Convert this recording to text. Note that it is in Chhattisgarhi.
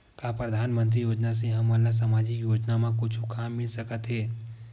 का परधानमंतरी योजना से हमन ला सामजिक योजना मा कुछु काम मिल सकत हे?